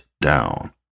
down